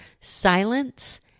silence